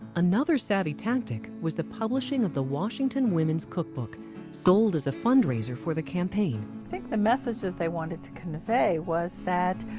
another savvy tactic was the publishing of the washington women's cook book sold as a fundraiser for the campaign. i think the message that they wanted to convey was that,